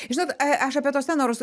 žinot aš apie tuos tenorus